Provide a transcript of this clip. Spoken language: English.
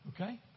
Okay